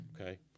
okay